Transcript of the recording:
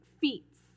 feats